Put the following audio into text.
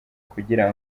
kugira